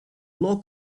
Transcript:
log